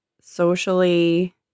socially